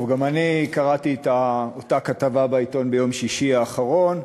טוב, גם אני קראתי את הכתבה ביום שישי האחרון,